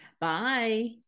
Bye